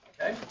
Okay